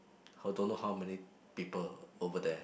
how don't know how many people over there